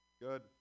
Good